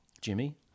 Jimmy